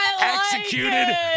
Executed